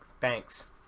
thanks